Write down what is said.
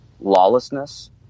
lawlessness